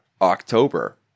October